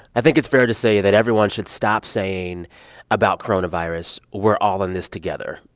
i think it's fair to say that everyone should stop saying about coronavirus, we're all in this together.